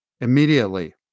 immediately